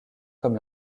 comme